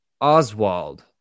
Oswald